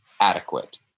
adequate